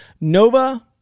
Nova